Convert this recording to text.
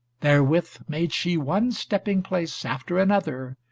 therewith made she one stepping place after another,